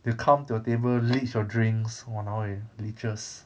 they'll come to your table leech your drinks !walao! eh leeches